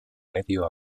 medio